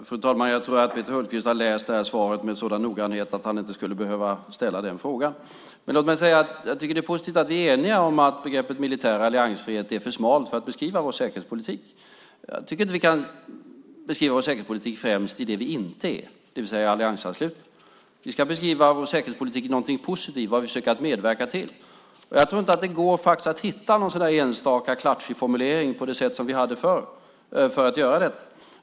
Fru talman! Jag trodde att Peter Hultqvist hade läst detta svar med sådan noggrannhet att han inte skulle behöva ställa den frågan. Det är positivt att vi är eniga om att begreppet militär alliansfrihet är för smalt för att beskriva vår säkerhetspolitik. Vi ska inte beskriva vår säkerhetspolitik främst i det vi inte är, det vill säga alliansanslutna. Vi ska beskriva vår säkerhetspolitik positivt, vad vi försöker medverka till. Jag tror inte att det går att hitta någon enstaka klatschig formulering på det sätt som vi hade förr för att göra detta.